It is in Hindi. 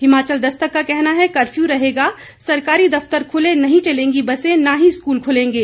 हिमाचल दस्तक का कहना है कफ्यू रहेगा सरकारी दफ्तर खुले नहीं चलेंगी बसें न ही स्कूल खुलेंगे